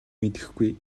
мэдэхгүй